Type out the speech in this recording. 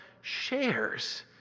shares